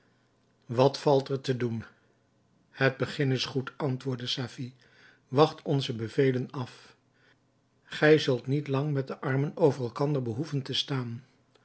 wat valt er te doen het begin is goed antwoordde safie wacht onze bevelen af gij zult niet lang met de armen over elkander behoeven te staan